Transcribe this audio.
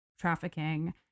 trafficking